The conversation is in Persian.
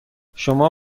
شما